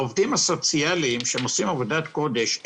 העובדים הסוציאליים שעושים עבודת קודש,